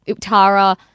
tara